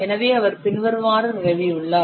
எனவே அவர் பின்வருமாறு நிறுவியுள்ளார்